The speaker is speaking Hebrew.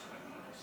11,